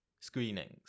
screenings